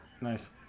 Nice